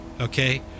okay